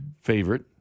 favorite